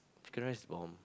chicken rice stall